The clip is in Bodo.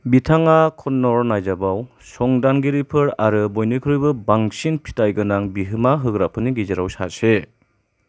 बिथाङा कन्नड़ नायजाबाव संदानगिरिफोर आरो बयनिख्रुयबो बांसिन फिथाय गोनां बिहोमा होग्राफोरनि गेजेराव सासे